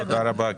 תודה רבה,